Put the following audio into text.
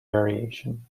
variation